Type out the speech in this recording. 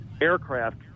aircraft